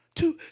Two